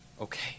Okay